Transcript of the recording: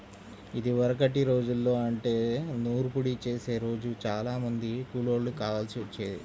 ఇదివరకటి రోజుల్లో అంటే నూర్పిడి చేసే రోజు చానా మంది కూలోళ్ళు కావాల్సి వచ్చేది